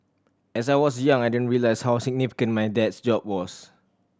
as I was young I didn't realise how significant my dad's job was